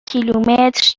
کیلومتر